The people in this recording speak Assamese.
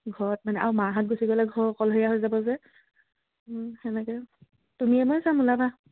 ঘৰত মানে আৰু মাহঁত গুচি গ'লে ঘৰ অকলশেীয়া হৈ যাব যে সেনেকে তুমি মই যাম উলাবা